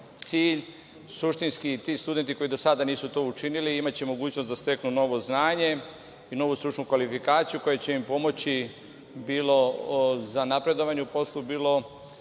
suštinski – ti studenti koji do sada nisu to učinili imaće mogućnost da steknu novo znanje i novu stručnu kvalifikaciju koja će im pomoći bilo za napredovanje u poslu, bilo